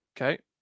okay